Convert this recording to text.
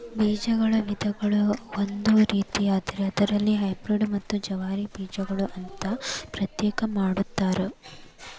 ಬೇಜಗಳ ವಿಧಗಳು ಒಂದು ರೇತಿಯಾದ್ರ ಅದರಲ್ಲಿ ಹೈಬ್ರೇಡ್ ಮತ್ತ ಜವಾರಿ ಬೇಜಗಳು ಅಂತಾ ಪ್ರತ್ಯೇಕ ಮಾಡತಾರ